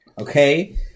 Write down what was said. Okay